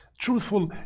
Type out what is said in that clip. Truthful